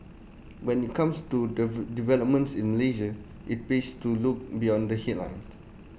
when IT comes to developments in Malaysia IT pays to look beyond the headlines